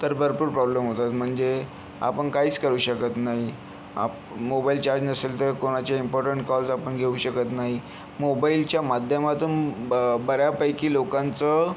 तर भरपूर प्रॉब्लेम होतात म्हणजे आपण काहीच करू शकत नाही आप मोबाईल चार्ज नसेल तर कोणाचे इंपॉर्टन्ट कॉल्स आपण घेऊ शकत नाही मोबाईलच्या माध्यमातून ब बऱ्यापैकी लोकांचं